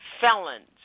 Felons